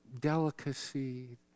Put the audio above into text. delicacy